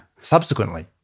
subsequently